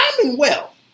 commonwealth